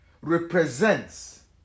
represents